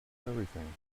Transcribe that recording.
everything